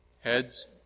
heads